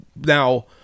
Now